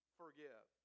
forgive